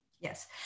Yes